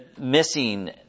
missing